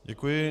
Děkuji.